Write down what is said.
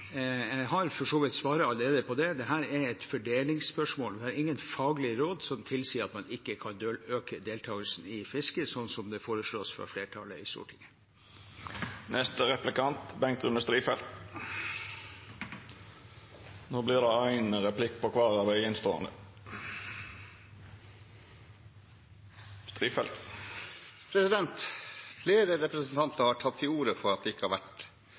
Jeg har for så vidt allerede svart på det. Dette er et fordelingsspørsmål, og det er ingen faglige råd som tilsier at man ikke kan øke deltakelsen i fisket, slik som det foreslås fra flertallet i Stortinget. Flere representanter har tatt til orde for at det ikke har vært reelle konsultasjoner med Sametinget. Etter det jeg kjenner til, ble det gjennomført konsultasjon med Sametinget i saken i etterkant av at